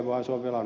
arvoisa puhemies